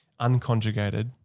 unconjugated